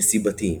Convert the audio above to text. נסיבתיים